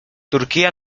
turquía